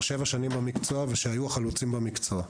שבע שנים במקצוע והיו חלוצים במקצוע.